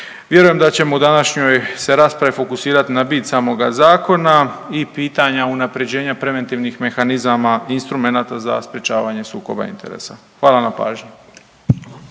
Vjerujem da ćemo u današnjoj se raspravi fokusirati na bit samoga zakona i pitanja unapređenja preventivnih mehanizama i instrumenata za sprječavanje sukoba interesa. Hvala na pažnji.